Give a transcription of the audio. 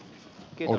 kiitos